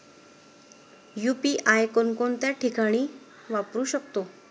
UPI कोणकोणत्या ठिकाणी वापरू शकतो?